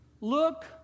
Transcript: Look